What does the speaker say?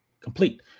complete